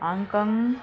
Hong Kong